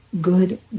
good